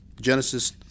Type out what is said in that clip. Genesis